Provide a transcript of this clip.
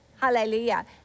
Hallelujah